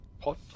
Pot